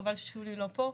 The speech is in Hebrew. וחבל ששולי לא פה.